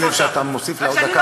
אדוני היושב-ראש,